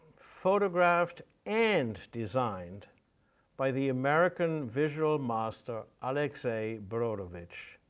photographed and designed by the american visual master, alexey brodovitch,